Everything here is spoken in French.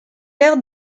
l’air